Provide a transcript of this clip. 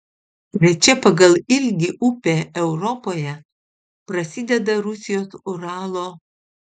trečia pagal ilgį upė europoje prasideda rusijos uralo